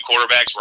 quarterbacks